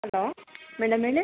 hello madam ಹೇಳಿ